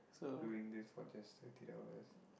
doing this for just fifty dollars